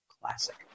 Classic